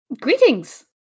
Greetings